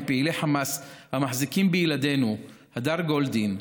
פעילי חמאס המחזיקים בילדינו הדר גולדין,